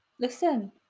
listen